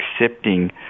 accepting